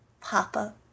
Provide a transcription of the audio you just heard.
Papa